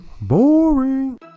Boring